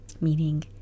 Meaning